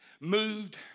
moved